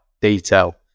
detail